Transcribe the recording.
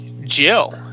Jill